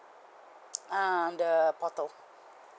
um the portal